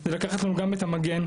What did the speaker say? זה לקחת לנו גם את המגן,